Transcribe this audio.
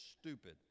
stupid